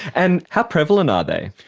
and how prevalent are they?